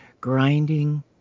grinding